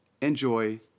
enjoy